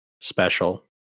special